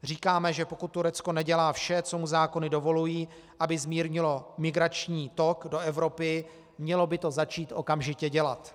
Říkáme, že pokud Turecko nedělá vše, co mu zákony dovolují, aby zmírnilo migrační tok do Evropy, mělo by to začít okamžitě dělat.